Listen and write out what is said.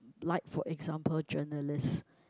like for example journalist